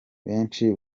benshi